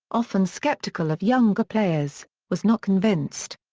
often skeptical of younger players, was not convinced.